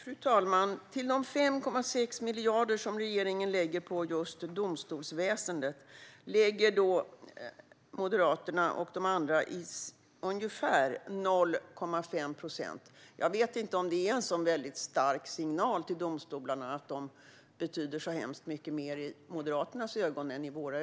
Fru talman! Till de 5,6 miljarder som regeringen lägger på domstolsväsendet lägger Moderaterna och de andra ungefär 0,5 procent. Jag vet inte om det är en väldigt stark signal till domstolarna om att de betyder hemskt mycket mer i Moderaternas ögon än i våra.